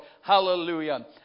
Hallelujah